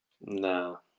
No